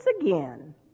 again